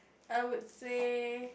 I would say